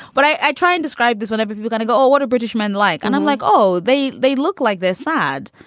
but i try and describe this whenever we're gonna go, oh, what a british man like. and i'm like, oh, they they look like they're sad,